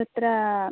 तत्र